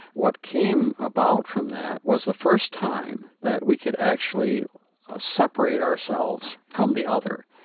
what came about from that was the first time that we could actually separate ourselves from the other.